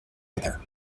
other